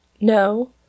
No